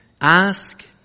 Ask